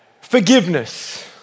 forgiveness